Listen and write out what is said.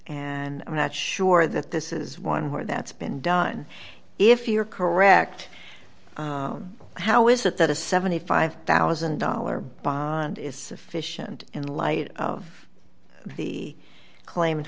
and i'm not sure that this is one where that's been done if you're correct how is it that a seventy five thousand dollars bond is sufficient in light of the claim